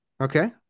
Okay